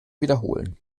wiederholen